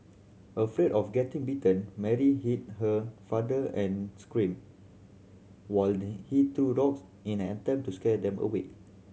afraid of getting bitten Mary hid her father and screamed while he threw rocks in an attempt to scare them away